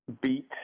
beat